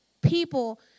people